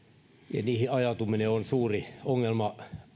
ja niihin ajautuminen on suuri ongelma